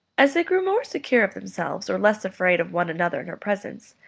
as they grew more secure of themselves, or less afraid of one another in her presence,